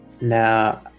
now